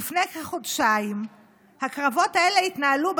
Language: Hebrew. לפני כחודשיים הקרבות האלה התנהלו בשטח,